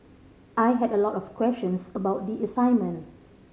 I had a lot of questions about the assignment